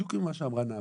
בדיוק ממה שאמרה נעמה.